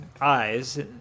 eyes